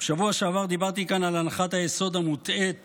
בשבוע שעבר דיברתי כאן על הנחת היסוד המוטעית